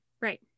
Right